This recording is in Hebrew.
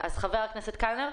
חבר הכנסת קלנר?